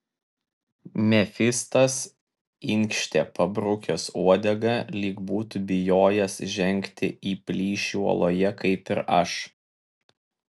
mefistas inkštė pabrukęs uodegą lyg būtų bijojęs žengti į plyšį uoloje kaip ir aš